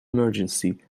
emergency